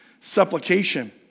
supplication